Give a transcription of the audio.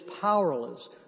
powerless